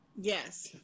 yes